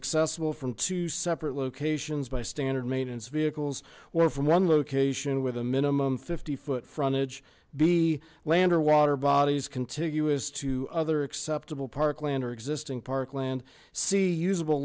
accessible from two separate locations by standard maintenance vehicles were from one location with a minimum fifty foot frontage be land or water bodies contiguous to other acceptable parkland or existing parkland see usable